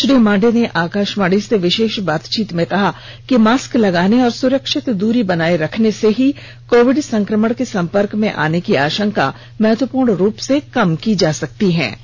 श्री मांडे ने आकाशवाणी से विशेष बातचीत में कहा कि मास्क लगाने और सुरक्षित दूरी बनाए रखने से ही कोविड संक्रमण के सम्पर्क में आने की आशंका महत्वपूर्ण रूप से कम की जा सकतीहै